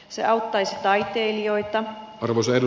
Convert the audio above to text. se auttaisi taiteilijoita on usein